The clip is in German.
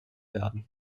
werden